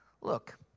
Look